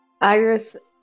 Iris